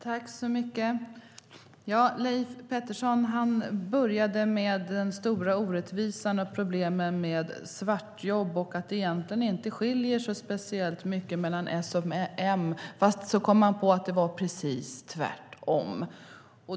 Herr talman! Leif Pettersson började med den stora orättvisan och problemen med svartjobb, och att det egentligen inte skiljer speciellt mycket mellan S och M. Men sedan kom han på att det var precis tvärtom.